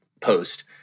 post